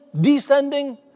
descending